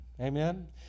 Amen